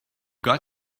got